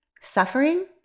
suffering